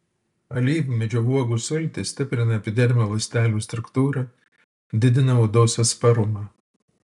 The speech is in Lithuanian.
alyvmedžio uogų sultys stiprina epidermio ląstelių struktūrą didina odos atsparumą